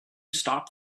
stop